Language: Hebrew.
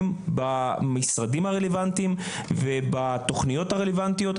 במשרדים הרלוונטיים ובתכניות הרלוונטיות,